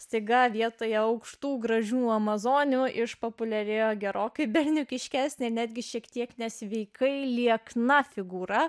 staiga vietoje aukštų gražių amazonių išpopuliarėjo gerokai berniukiškesnė netgi šiek tiek nesveikai liekna figūra